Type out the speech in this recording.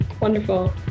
Wonderful